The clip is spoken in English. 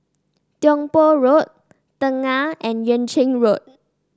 Tiong Poh Road Tengah and Yuan Ching Road